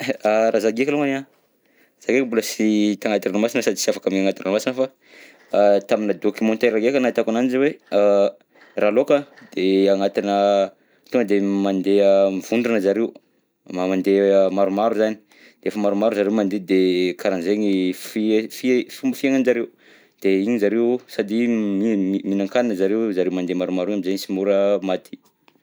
A raha za ndreky alokany an, za ndreky mbola sy tagnaty ranomasina sady sy afaka magnaty ranomasina fa tamina documentaire ndreka nahitako ananjy hoe raha lôka de agnatina, tonga de mandeha mivondrona zareo, mandeha maromaro zany, rehefa maromaro zareo mandeha de karahan'zegny fihe- fihets- fomba fiainanjareo, de igny zareo sady mie- mihinan-kanina zareo, zareo mandeha maromaro igny amizay sy mora maty.